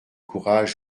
courage